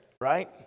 Right